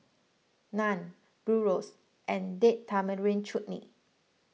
Naan Gyros and Date Tamarind Chutney